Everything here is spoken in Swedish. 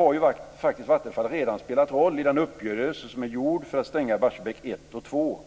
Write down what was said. har ju faktiskt redan spelat en roll i den uppgörelse som är gjord för att stänga Barsebäck 1 och 2.